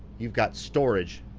you've got storage